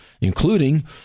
including